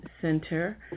Center